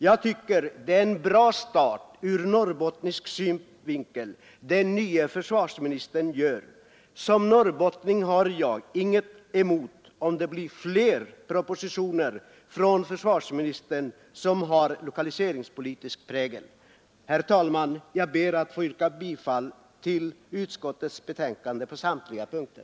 Jag tycker att det är en bra start ur norrbottnisk synvinkel som den nya försvarsministern gör. Som norrbottning har jag inget emot om det blir fler propositioner från försvarsministern med lokaliseringspolitisk prägel. Herr talman! Jag ber att få yrka bifall till utskottets hemställan på samtliga punkter.